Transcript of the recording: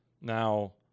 Now